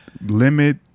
limit